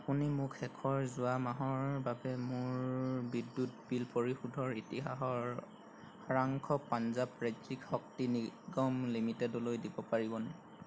আপুনি মোক শেষৰ যোৱা মাহৰ বাবে মোৰ বিদ্যুৎ বিল পৰিশোধৰ ইতিহাসৰ সাৰাংশ পঞ্জাৱ ৰাজ্যিক শক্তি নিগম লিমিটেডলৈ দিব পাৰিবনে